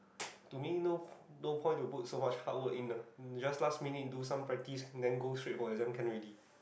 to me no no point to put so much hardwork in ah just last minute do some practice and then go straight for exam can already